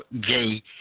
gay